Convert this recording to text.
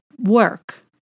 work